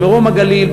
במרום-הגליל,